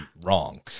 wrong